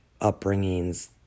upbringings